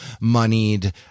moneyed